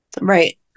right